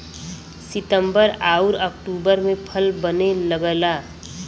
सितंबर आउर अक्टूबर में फल बने लगला